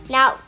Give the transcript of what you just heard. Now